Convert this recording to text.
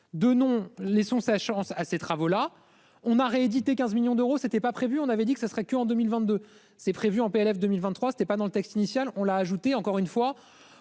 De non laissons sa chance à ces travaux, là on a réédité 15 millions d'euros. C'était pas prévu on avait dit que ce serait que en 2022 c'est prévu en PLF 2023 ce n'est pas dans le texte initial. On l'a ajouté encore une fois,